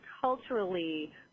culturally